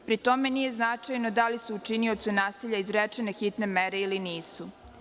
Pri tome nije značajno da li su učiniocu nasilja izrečene hitne mere ili nisu.